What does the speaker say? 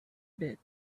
bit